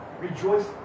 Rejoice